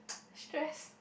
stress